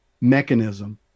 mechanism